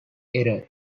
error